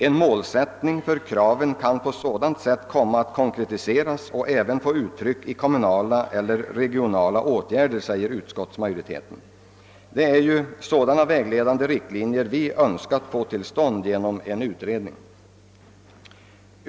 »En målsättning för kraven kan på sådant sätt komma att konkretiseras och även få uttryck i kommunala eller regionala åtgärder», säger utskottsmajoriteten. Ja, det är sådana vägledande riktlinjer vi önskar få till stånd genom en utredning.